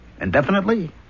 indefinitely